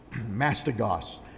Mastagos